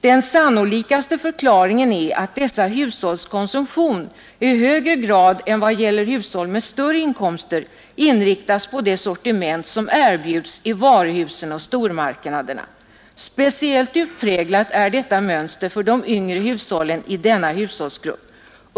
Den sannolikaste förklaringen är att dessa hushålls konsumtion i högre grad än vad gäller hushåll med större inkomster inriktas på det sortiment som erbjuds i varuhusen och stormarknaderna. Speciellt utpräglat är detta mönster för de yngre hushållen i denna hushållsgrupp.